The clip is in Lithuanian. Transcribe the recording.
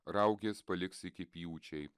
raugės paliks iki pjūčiai